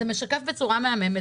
זה משקף בצורה מהממת,